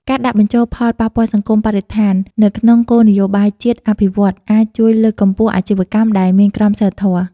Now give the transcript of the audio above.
ការដាក់បញ្ចូលផលប៉ះពាល់សង្គមបរិស្ថាន នៅក្នុងគោលនយោបាយជាតិអភិវឌ្ឍន៍ អាចជួយលើកកម្ពស់អាជីវកម្មដែលមានក្រមសីលធម៌ ។